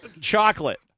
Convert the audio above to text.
Chocolate